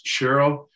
Cheryl